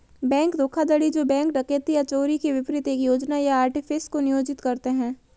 bank धोखाधड़ी जो bank डकैती या चोरी के विपरीत एक योजना या आर्टिफिस को नियोजित करते हैं